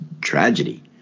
tragedy